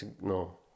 No